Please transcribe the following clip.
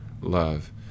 love